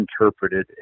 interpreted